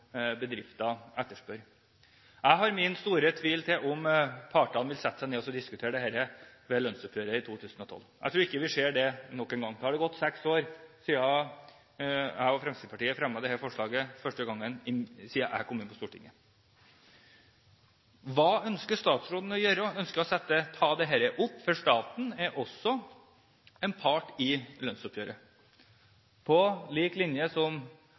etterspør. Jeg har stor tvil om hvorvidt partene vil sette seg ned og diskutere dette ved lønnsoppgjøret i 2012. Jeg tror ikke vi ser det noen gang. Da har det gått seks år siden jeg, og Fremskrittspartiet, fremmet dette forslaget første gang, etter at jeg kom inn på Stortinget. Hva ønsker statsråden å gjøre? Ønsker hun å ta dette opp? Staten er også en part i lønnsoppgjøret, på lik linje